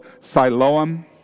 Siloam